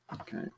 okay